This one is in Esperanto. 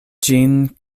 ĝin